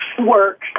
work